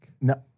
No